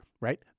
right